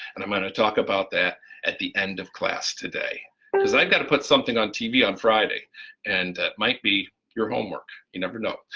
and i'm going to talk about that at the end of class today because i've got to put something on tv on friday and it might be your homework, you never know.